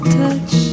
touch